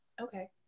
Okay